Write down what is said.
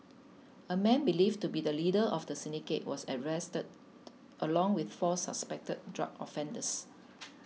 a man believed to be the leader of the syndicate was arrested along with four suspected drug offenders